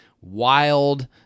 wild